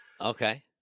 okay